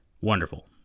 Wonderful